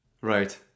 Right